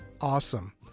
Awesome